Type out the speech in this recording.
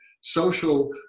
social